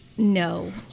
No